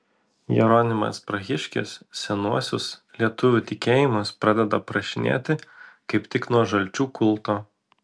jeronimas prahiškis senuosius lietuvių tikėjimus pradeda aprašinėti kaip tik nuo žalčių kulto